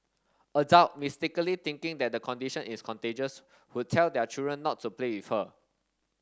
adult mistakenly thinking that the condition is contagious would tell their children not to play with her